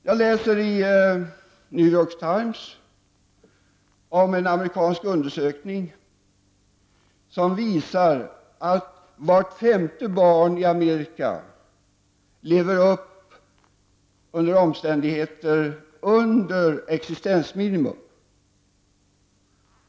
Jag läste i New York Times om en amerikansk undersökning som visar att vart femte barn i Amerika lever i omständigheter som är under existensminimum.